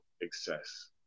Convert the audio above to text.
excess